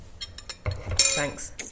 Thanks